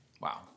wow